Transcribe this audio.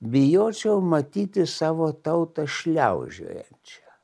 bijočiau matyti savo tautą šliaužiojančią